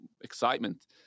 excitement